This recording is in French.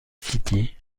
city